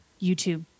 YouTube